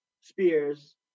Spears